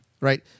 right